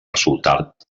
resultat